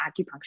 acupuncture